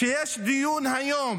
כשיש היום